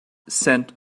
scent